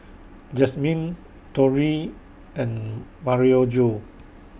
Jasmyne Torry and